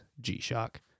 G-Shock